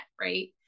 right